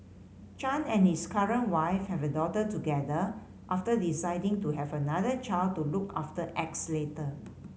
Chan and his current wife have a daughter together after deciding to have another child to look after X later